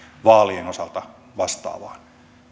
vaalien osalta vastaavaan